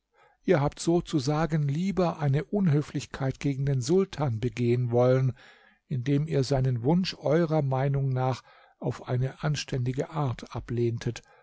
ihr habt sozusagen lieber eine unhöflichkeit gegen den sultan begehen wollen indem ihr seinen wunsch eurer meinung nach auf eine anständige art ablehntet